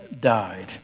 died